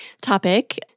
topic